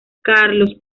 carlos